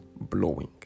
blowing